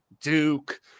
Duke